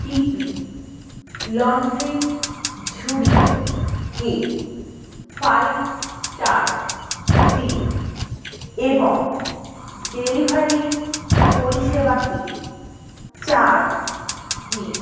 D P লন্ড্রির ঝুড়িকে five star দিন এবং ডেলিভারি পরিষেবাকে চার দিন